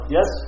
Yes